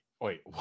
Wait